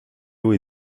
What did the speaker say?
hauts